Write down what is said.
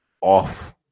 off